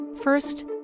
First